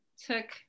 took